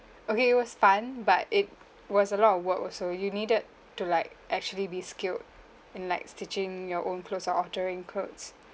okay it was fun but it was a lot of work also you needed to like actually be skilled in like stitching your own clothes or altering clothes